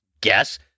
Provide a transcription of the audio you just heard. guess